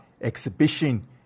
Exhibition